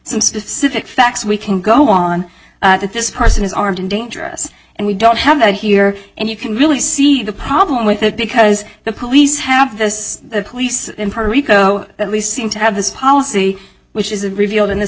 some specific facts we can go on that this person is armed and dangerous and we don't have that here and you can really see the problem with it because the police have this the police in puerto rico at least seem to have this policy which is revealed in this